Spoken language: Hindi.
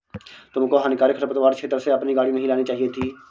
तुमको हानिकारक खरपतवार क्षेत्र से अपनी गाड़ी नहीं लानी चाहिए थी